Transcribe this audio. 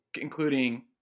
including